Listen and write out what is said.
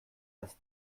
erst